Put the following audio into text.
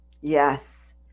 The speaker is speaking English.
yes